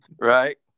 Right